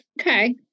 Okay